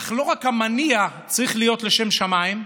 אך לא רק המניע צריך להיות לשם שמיים,